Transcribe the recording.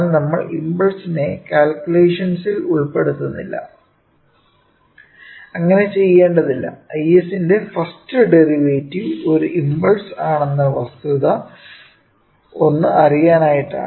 എന്നാൽ നമ്മൾ ഇമ്പൾസിനെ കാൽക്കുലേഷൻസിൽ ഉൾപെടുത്തുന്നില്ല അങ്ങനെ ചെയ്യേണ്ടതില്ല Is ന്റെ ഫസ്റ്റ് ഡെറിവേറ്റീവ് ഒരു ഇമ്പൾസ് ആണെന്ന വസ്തുത ഒന്ന് അറിയാനായിട്ടാണ്